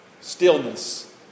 stillness